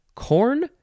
Corn